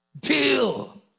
Deal